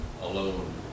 alone